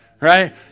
right